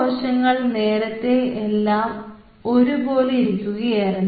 ഈ കോശങ്ങൾ നേരത്തെ എല്ലാം ഒരുപോലെ ഇരിക്കുകയായിരുന്നു